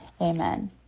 Amen